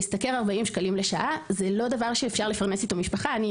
להשתכר 40 שקלים לשעה זה לא דבר שאפשר לפרנס איתו משפחה.